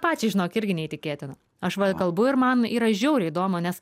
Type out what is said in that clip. pačiai žinok irgi neįtikėtina aš kalbu ir man yra žiauriai įdomu nes